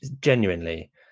Genuinely